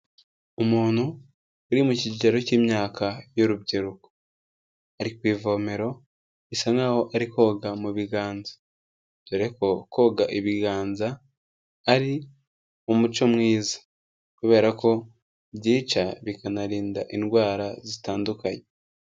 Umuntu uri mu kigero cy'imyaka y'urubyiruko, ari ku ivomero bisa naho ari koga mu biganza, dore ko koga ibiganza ari umuco mwiza kubera ko byica, bikanarinda indwara zitandukanye.